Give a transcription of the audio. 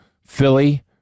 Philly